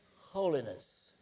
holiness